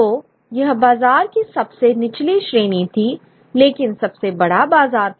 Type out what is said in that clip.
तो यह बाजार की सबसे निचली श्रेणी थी लेकिन सबसे बड़ा बाजार था